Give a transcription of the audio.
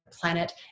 planet